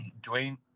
Dwayne